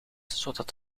zodat